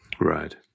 Right